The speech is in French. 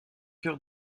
cœur